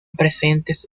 presentes